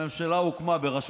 אדוני היושב-ראש,